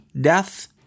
death